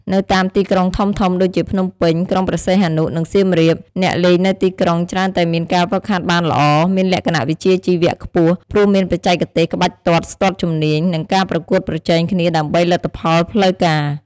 នៅតាមទីក្រុងធំៗ ដូចជា ភ្នំពេញ ក្រុងព្រះសីហនុ និងសៀមរាប អ្នកលេងនៅទីក្រុងច្រើនតែមានការហ្វឹកហាត់បានល្អ មានលក្ខណៈវិជ្ជាជីវៈខ្ពស់ ព្រោះមានបច្ចេកទេសក្បាច់ទាត់ស្ទាត់ជំនាញ និងការប្រកួតប្រជែងគ្នាដើម្បីលទ្ធផលផ្លូវការ។